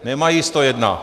Nemají sto jedna.